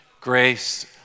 grace